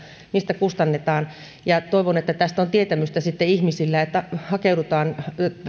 mistä kustannetaan ja toivon että tästä on tietämystä sitten ihmisillä että hakeudutaan